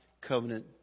covenant